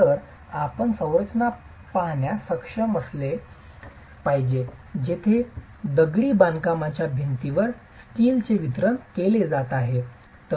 तर आपण संरचना पाहण्यास सक्षम असले पाहिजे जेथे दगडी बांधकामाच्या भिंतींवर स्टीलचे वितरण केले जात आहे